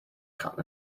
come